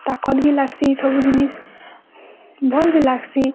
ତାକତ୍ ବି ଲାଗ୍ସି ସବୁ ଜିନିଷ୍ ଭଲ୍ ବି ଲାଗ୍ସି